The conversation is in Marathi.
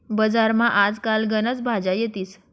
बजारमा आज काल गनच भाज्या येतीस